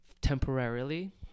temporarily